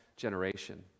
generation